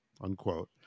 unquote